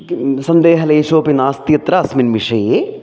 किं सन्देहलेषोपि नास्ति अत्र अस्मिन् विषये